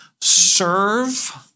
serve